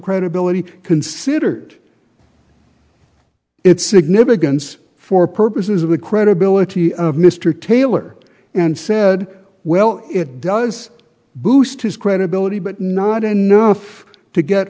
credibility considered its significance for purposes of the credibility of mr taylor and said well it does boost his credibility but not enough to get